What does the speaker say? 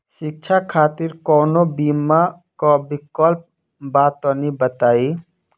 शिक्षा खातिर कौनो बीमा क विक्लप बा तनि बताई?